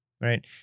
right